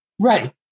Right